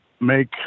make